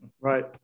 Right